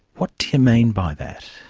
what do you mean by that?